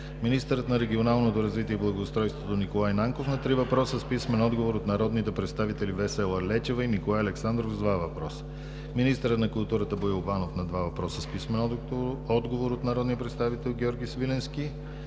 министърът на регионалното развитие и благоустройството Николай Нанков – на три въпроса с писмен отговор от народните представители Весела Лечева; и Николай Александров с два въпроса; - министърът на културата Боил Банов – на два въпроса с писмен отговор от народния представител Георги Свиленски;